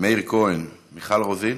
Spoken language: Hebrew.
מאיר כהן, מיכל רוזין.